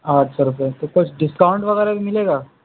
آٹھ سو روپئے تو کچھ ڈسکاؤنٹ وغیرہ بھی ملے گا